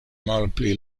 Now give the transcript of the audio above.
malpli